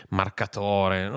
marcatore